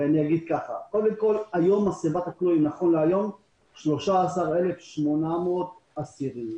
נכון להיום מצבת הכלואים היא 13,800 אסירים.